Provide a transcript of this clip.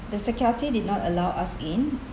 the security did not allow us in